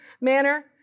manner